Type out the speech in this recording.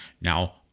Now